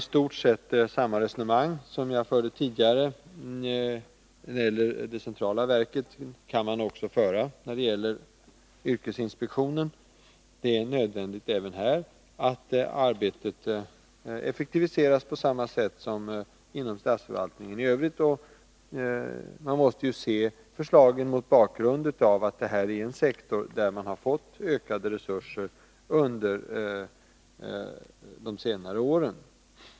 I stort sett samma resonemang som jag förde nyss när det gällde det centrala verket kan man föra också när det gäller yrkesinspektionen. Det är nödvändigt även här att arbetet effektiviseras på samma sätt som inom statsförvaltningen i övrigt. Man måste se förslaget mot bakgrund av att det här är en sektor som har fått ökade resurser under de senare åren.